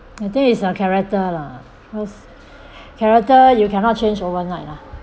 I think is character lah cause character you cannot change overnight lah